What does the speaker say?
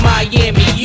Miami